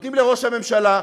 נותנים לראש הממשלה,